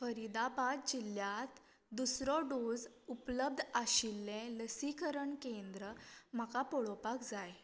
फरिदाबाद जिल्ल्यांत दुसरो डोज उपलब्ध आशिल्लें लसिकरण केंद्र म्हाका पळोवपाक जाय